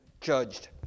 judged